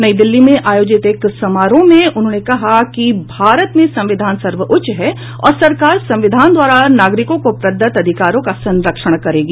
नई दिल्ली में आयोजित एक समारोह में उन्होंने कहा कि भारत में संविधान सर्वोच्च है और सरकार संविधान द्वारा नागरिकों को प्रदत्त अधिकारों का संरक्षण करेगी